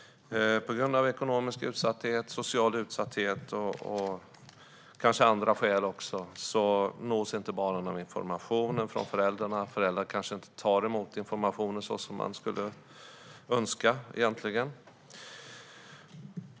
På grund av ekonomisk utsatthet, social utsatthet eller andra skäl nås inte barnen av informationen från föräldrarna, eller föräldrarna tar inte emot informationen på det sätt man skulle önska.